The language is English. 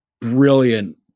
brilliant